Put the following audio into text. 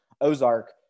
Ozark